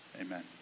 Amen